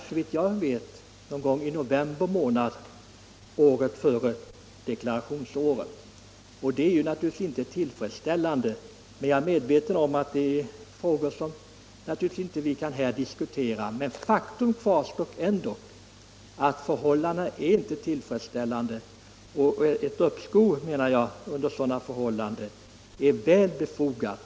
Såvitt jag vet brukar de anvisningarna vara tillgängliga någon gång i november månad året före deklarationsåret. Jag är medveten om att detta är frågor som vi här inte kan diskutera närmare, men faktum kvarstår att förhållandena inte är så bra som de borde vara. Och då menar jag att ett uppskov är väl befogat.